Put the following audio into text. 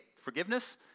forgiveness